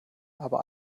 aber